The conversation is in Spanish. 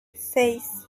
seis